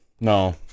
no